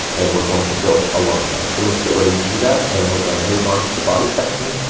and we're going to build along there. so let's get ready to do that, and we're gonna move on to the body section,